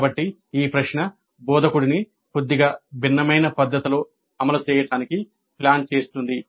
కాబట్టి ఈ ప్రశ్న బోధకుడిని కొద్దిగా భిన్నమైన పద్ధతిలో అమలు చేయడానికి ప్లాన్ చేస్తుంది